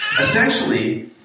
Essentially